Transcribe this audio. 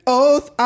oath